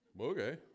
Okay